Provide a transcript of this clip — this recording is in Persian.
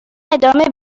ادامه